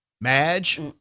Madge